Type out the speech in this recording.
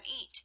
eat